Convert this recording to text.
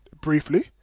Briefly